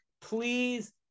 please